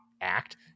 act